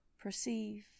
perceive